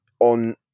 on